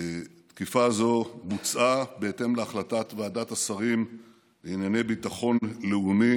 תקיפה זו בוצעה בהתאם להחלטת ועדת השרים לענייני ביטחון לאומי